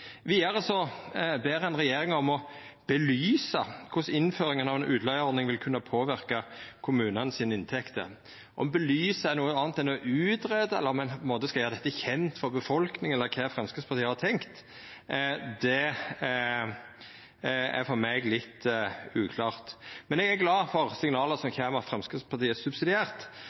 Vidare ber ein regjeringa om å «belyse hvordan innføringen av en utleieordning vil kunne påvirke kommunenes inntekter». Om «å belyse» er noko anna enn «å utrede», om ein på ein måte skal gjera dette kjent for befolkninga, eller kva Framstegspartiet har tenkt, er for meg litt uklart. Men eg er glad for signala som kjem om at Framstegspartiet